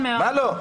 מה לא?